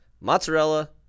mozzarella